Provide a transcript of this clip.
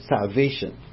salvation